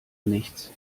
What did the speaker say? nichts